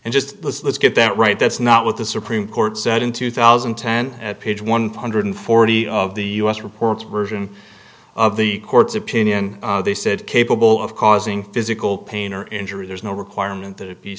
and just let's get that right that's not what the supreme court said in two thousand and ten at page one hundred forty of the u s report's version of the court's opinion they said capable of causing physical pain or injury there's no requirement that it be